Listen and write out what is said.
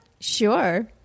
Sure